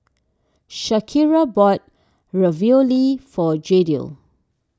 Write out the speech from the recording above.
Shakira bought Ravioli for Jadiel